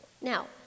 Now